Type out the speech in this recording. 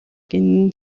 гэнэ